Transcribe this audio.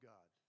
God